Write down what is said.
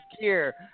gear